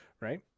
Right